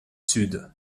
sud